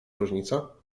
różnica